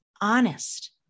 honest